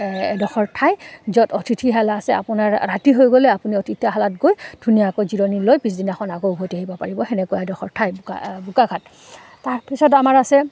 এডখৰ ঠাই য'ত অতিথিশালা আছে আপোনাৰ ৰাতি হৈ গ'লে আপুনি অতিথিশালাত গৈ ধুনীয়াকৈ জিৰণি লৈ পিছদিনাখন আকৌ উভতি আহিব পাৰিব তেনেকুৱা এডখৰ ঠাই বোকা বোকাখাট তাৰপিছত আমাৰ আছে